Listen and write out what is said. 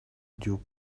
dew